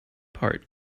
part